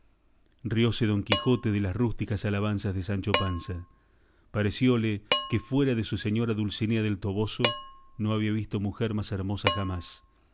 flandes rióse don quijote de las rústicas alabanzas de sancho panza parecióle que fuera de su señora dulcinea del toboso no había visto mujer más hermosa jamás